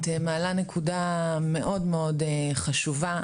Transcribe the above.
את מעלה נקודה מאוד מאוד חשובה,